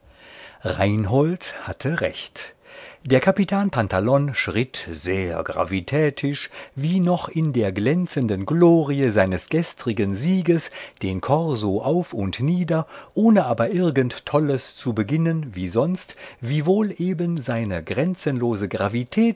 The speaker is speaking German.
reinhold hatte recht der capitan pantalon schritt sehr gravitätisch wie noch in der glänzenden glorie seines gestrigen sieges den korso auf und nieder ohne aber irgend tolles zu beginnen wie sonst wiewohl eben seine grenzenlose